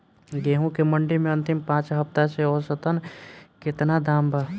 गेंहू के मंडी मे अंतिम पाँच हफ्ता से औसतन केतना दाम बा?